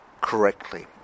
correctly